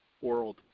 world